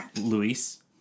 Luis